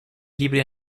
libri